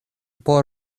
por